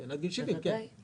עד גיל 70, כן.